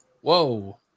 Whoa